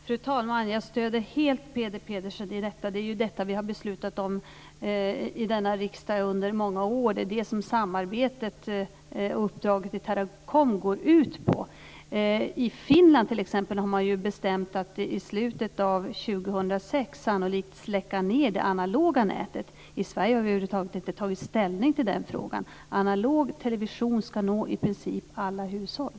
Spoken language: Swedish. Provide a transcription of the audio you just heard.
Fru talman! Jag stöder helt Peter Pedersen i detta. Det är detta vi har beslutat om i denna riksdag under många år. Det är det som samarbetet och uppdraget till Teracom går ut på. I Finland, t.ex., har man bestämt att i slutet av 2006 sannolikt släcka ned det analoga nätet. I Sverige har vi över huvud taget inte tagit ställning till denna fråga. Analog television ska nå i princip alla hushåll.